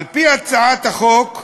על-פי הצעת החוק,